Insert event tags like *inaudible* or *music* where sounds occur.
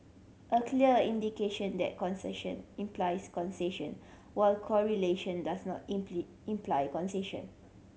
a clear indication that causation implies causation while correlation does not *unintelligible* imply causation